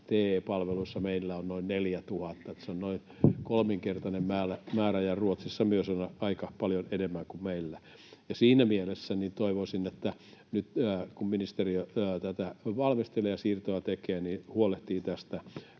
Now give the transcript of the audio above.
TE-palveluissa on noin 4 000. Eli se on noin kolminkertainen määrä. Myös Ruotsissa on aika paljon enemmän kuin meillä. Siinä mielessä toivoisin, että nyt kun ministeriö tätä valmistelee ja siirtoa tekee, niin huolehtii